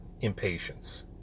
impatience